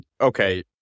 okay